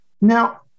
Now